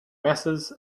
messrs